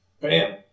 Bam